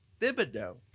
Thibodeau